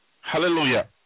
Hallelujah